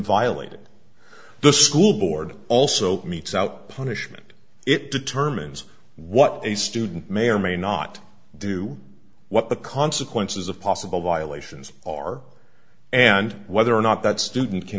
violated the school board also meets out punishment it determines what a student may or may not do what the consequences of possible violations are and whether or not that student can